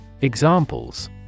Examples